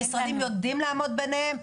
המשרדים יודעים לעמוד ביניהם,